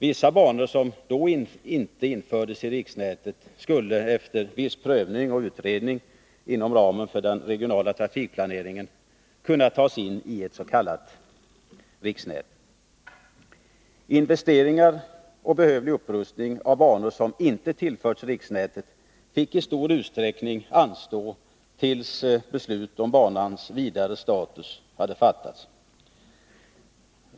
Vissa banor som då inte infördes i riksnätet skulle efter viss prövning och utredning inom ramen för den regionala trafikplaneringen kunna tas in i ett s.k. riksnät. Investeringar och behövlig upprustning av banor som inte tillförts riksnätet fick i stor utsträckning anstå tills beslut om banans vidare status hade fattats.